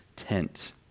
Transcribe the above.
tent